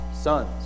sons